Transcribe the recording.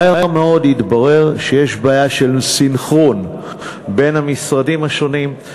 מהר מאוד התברר שיש בעיה של סנכרון בין המשרדים השונים,